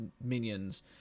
minions